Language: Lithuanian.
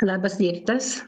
labas rytas